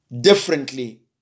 differently